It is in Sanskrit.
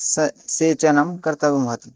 स सेचनं कर्तव्यं भवति